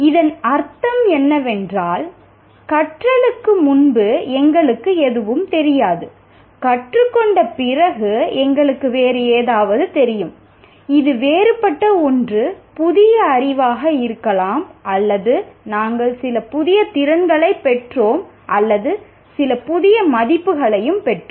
இதன் அர்த்தம் என்னவென்றால் கற்றலுக்கு முன்பு எங்களுக்கு சில விவரங்கள் மட்டுமே தெரியும் கற்றுக்கொண்ட பிறகு எங்களுக்கு வேறுபட்ட சில விஷயங்கள் தெரிந்தது இது ஒரு புதிய அறிவாக இருக்கலாம் அல்லது நாங்கள் சில புதிய திறன்களைப் பெற்றிருக்கலாம் அல்லது சில புதிய மதிப்புகளையும் பெற்றிருக்கலாம்